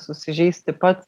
susižeisti pats